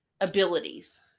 abilities